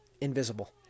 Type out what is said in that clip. Invisible